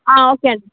okay అండి